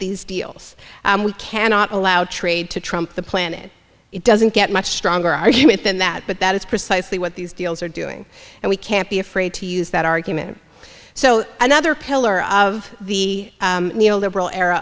these deals we cannot allow trade to trump the planet it doesn't get much stronger argument than that but that is precisely what these deals are doing and we can't be afraid to use that argument so another pillar of the neo liberal era